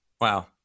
Wow